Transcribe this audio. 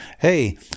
hey